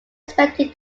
expecting